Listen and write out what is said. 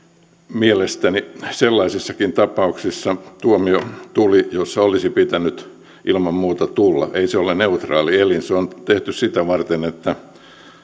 mielestäni sellaisissakin tapauksissa tuomio tuli joissa olisi pitänyt ilman muuta tulla ei se ole neutraali elin se on tehty sitä varten että